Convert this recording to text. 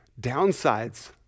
downsides